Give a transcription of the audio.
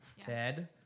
Ted